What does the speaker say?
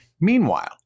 Meanwhile